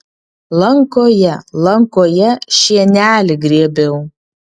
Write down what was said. lankoje lankoje šienelį grėbiau